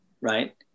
right